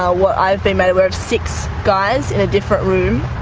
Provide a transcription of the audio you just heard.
ah what i have been made aware of six guys in a different room.